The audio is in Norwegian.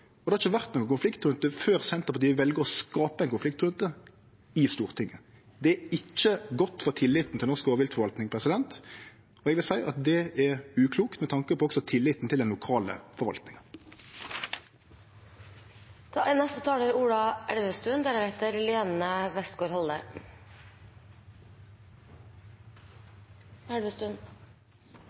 ikkje vore nokon konflikt rundt det før Senterpartiet vel å skape ein konflikt rundt det i Stortinget. Det er ikkje godt for tilliten til norsk rovviltforvaltning, og eg vil seie at det er uklokt også med tanke på tilliten til den lokale forvaltninga. Det er